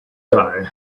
guy